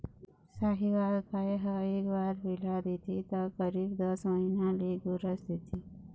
साहीवाल गाय ह एक बार पिला देथे त करीब दस महीना ले गोरस देथे